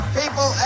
people